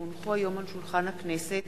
כי הונחו היום על שולחן הכנסת,